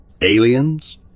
Aliens